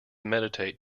meditate